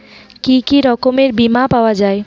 কি কি রকমের বিমা পাওয়া য়ায়?